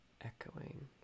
echoing